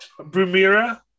Brumira